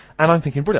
and i'm thinking but